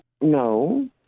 no